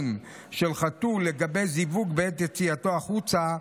של חתול לגבי זיווג בעת יציאתו החוצה,